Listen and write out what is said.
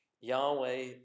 Yahweh